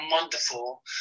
wonderful